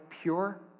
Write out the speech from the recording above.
pure